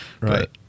Right